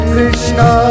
Krishna